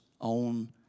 on